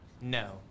No